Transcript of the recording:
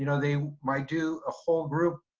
you know they might do a whole group